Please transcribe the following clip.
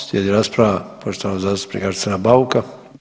Slijedi rasprava poštovanog zastupnika Arsena Bauka.